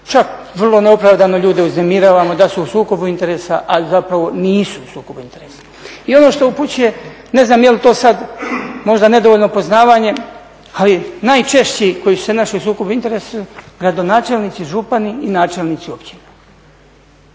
čak vrlo neopravdano ljude uznemiravamo da su u sukobu interesa, ali zapravo nisu u sukobu interesa. I ono što upućuje, ne znam je li to sad možda nedovoljno poznavanje, ali najčešći koji su se našli u sukobu interesa gradonačelnici, župani i načelnici općina.